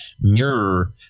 mirror